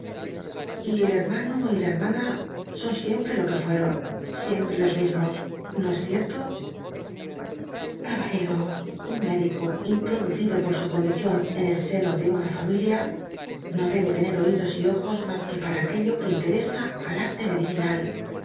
y el hermano y la hermana son siempre lo que fueron siempre los mismos no es cierto caballceo un médico introducido poe su conrl icion en el seno de una familia no debe tener oídos y ojos mas que para aquello que interesa al arte medicinal